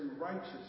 righteous